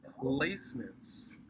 placements